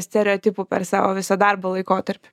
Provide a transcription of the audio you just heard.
stereotipų per savo visą darbo laikotarpį